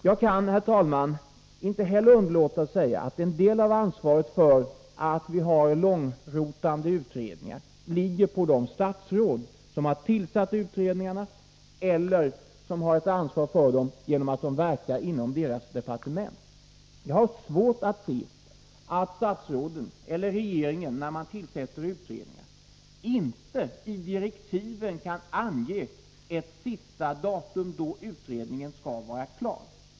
Jag kan, herr talman, inte heller underlåta att säga att en del av ansvaret för 109 att vi har långrotande utredningar ligger på de statsråd som har tillsatt utredningarna eller som har ett ansvar för dem genom att de verkar inom deras departement. Jag har svårt att se att statsråden eller regeringen, vid tillsättning av utredningar, inte i direktiven kan ange ett sista datum då utredningarna skall vara klara.